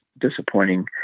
disappointing